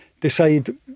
decide